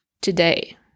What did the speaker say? today